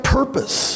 purpose